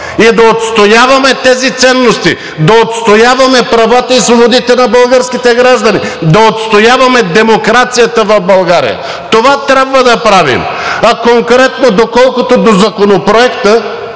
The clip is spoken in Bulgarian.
и да отстояваме тези ценности, да отстояваме правата и свободите на българските граждани, да отстояваме демокрацията в България – това трябва да правим. А конкретно колкото до Законопроекта,